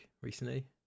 recently